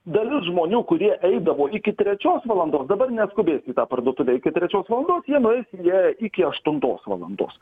dalis žmonių kurie eidavo iki trečios valandos dabar neskubės į tą parduotuvę iki trečios valandos jie nueis į ją iki aštuntos valandos